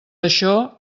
això